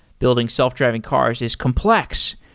building self-driving cars is complex,